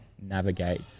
navigate